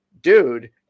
dude